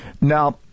Now